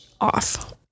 off